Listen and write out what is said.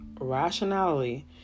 rationality